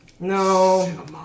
No